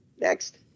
Next